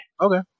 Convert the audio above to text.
Okay